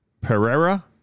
Pereira